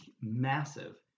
massive